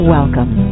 Welcome